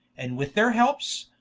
and with their helpes,